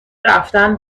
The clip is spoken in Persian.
رفتن